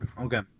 Okay